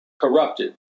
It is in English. corrupted